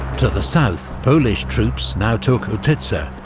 to the south, polish troops now took utitsa,